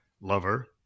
lover